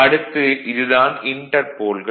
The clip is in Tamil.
அடுத்து இது தான் இன்டர்போல்கள்